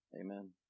Amen